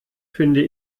finde